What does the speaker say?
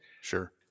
Sure